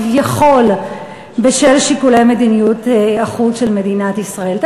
כביכול בשל שיקולי מדיניות החוץ של מדינת ישראל.